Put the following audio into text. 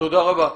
תודה רבה.